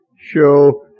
show